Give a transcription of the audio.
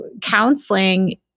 counseling